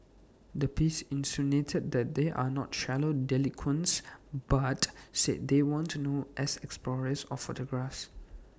the piece insinuated that they are not shallow delinquents but said they want to known as explorers or photographs